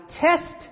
test